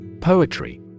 Poetry